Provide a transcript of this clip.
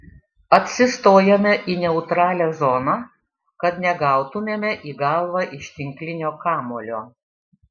atsistojame į neutralią zoną kad negautumėme į galvą iš tinklinio kamuolio